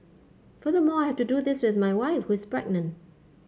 furthermore I have to do this with my wife who is pregnant